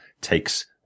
takes